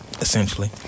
Essentially